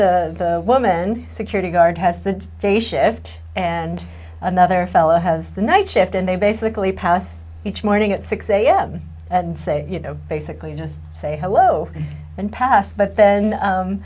u the woman security guard has the day shift and another fellow has the night shift and they basically pass each morning at six a m and say you know basically just say hello and pass but then